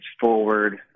forward